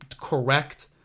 correct